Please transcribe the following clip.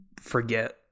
forget